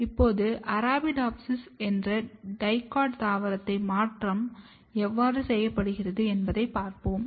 இப்போது அரபிடோப்சிஸ் என்ற டிகோட் தாவரத்தில் மாற்றம் எவ்வாறு செய்யப்படுகிறது என்பதைப் பார்ப்போம்